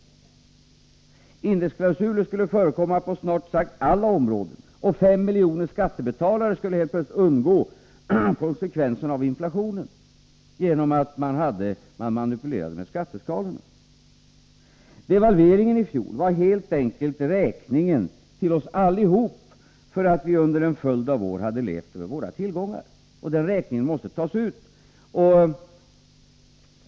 Indexklausuler skulle förekomma på snart sagt alla områden, och 5 miljoner skattebetalare skulle helt plötsligt undgå konsekvenserna av inflationen genom att man manipulerade med skatteskalorna. Devalveringen i fjol var helt enkelt räkningen till oss allihop för att vi under en följd av år hade levt över våra tillgångar, och den räkningen måste betalas.